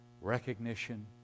Recognition